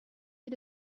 you